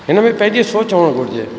हिनमें पंहिंजी सोच हुअणु घुरिजे